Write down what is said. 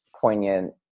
poignant